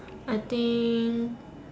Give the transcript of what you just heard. I think